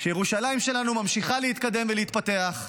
שירושלים שלנו ממשיכה להתקדם ולהתפתח,